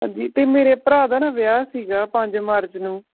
ਹਾਂਜੀ ਅਤੇ ਮੇਰੇ ਭਰਾ ਦਾ ਨਾ ਵਿਆਹ ਸੀਗਾ ਪੰਜ ਮਾਰਚ ਨੂੰ